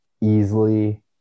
easily